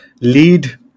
lead